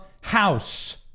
house